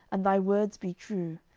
and thy words be true,